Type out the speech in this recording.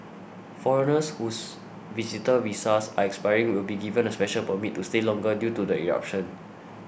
foreigners whose visitor visas are expiring will be given a special permit to stay longer due to the eruption